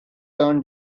turn